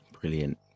Brilliant